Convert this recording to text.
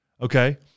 Okay